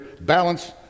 balance